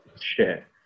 share